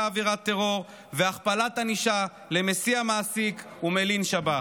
עבירה טרור והכפלת ענישה למסיע מעסיק ומלין שב"ח.